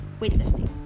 weightlifting